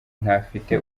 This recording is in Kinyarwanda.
ntafite